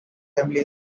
family